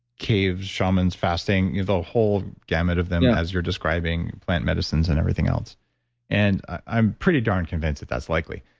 caves shamans fasting, the whole gamut of them as you're describing, plant medicines and everything else and i'm pretty darn convinced that that's likely,